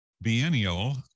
biennial